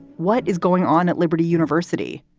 what is going on at liberty university?